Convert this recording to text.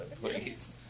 please